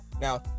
Now